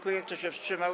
Kto się wstrzymał?